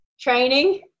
training